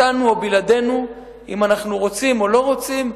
אתנו או בלעדינו, אם אנחנו רוצים או לא רוצים.